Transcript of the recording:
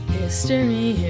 history